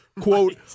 quote